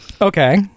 Okay